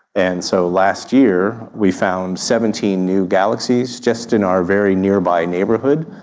and so last year we found seventeen new galaxies just in our very nearby neighbourhood,